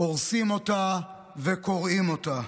הורסים אותה וקורעים אותה.